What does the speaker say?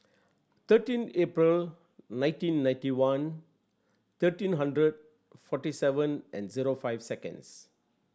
thirteen April nineteen ninety one thirteen hundred forty seven andzero five seconds